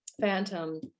Phantom